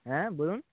হ্যাঁ বলুন